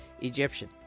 Egyptian